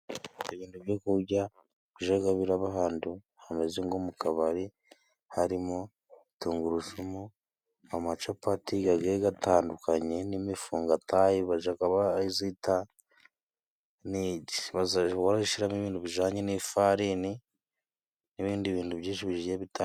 Ibindu byo kujya bijaga biraba ahandu hameze ngo mu kabari harimo: tungurusumu, amacapati gagiyega gatandukanye n'imifungatayi, bajaga barazita nidi bajaga barashimo ibindu bijanye n'ifarini n'ibindi bintu byinshi bigiye bitandukanye.